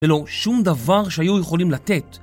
ללא שום דבר שהיו יכולים לתת.